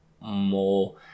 more